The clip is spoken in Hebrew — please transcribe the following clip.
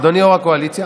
אדוני יו"ר הקואליציה?